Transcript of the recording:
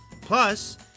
Plus